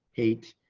hate,